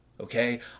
Okay